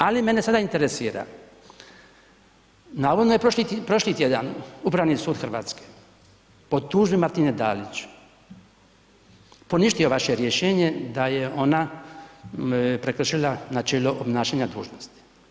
Ali mene sada interesira, navodno je prošli tjedan Upravni sud RH po tužbi Martine Dalić, poništio vaše rješenje da je ona prekršila načelo obnašanja dužnosti.